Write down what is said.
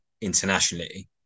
internationally